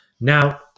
Now